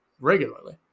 regularly